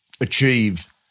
achieve